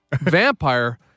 Vampire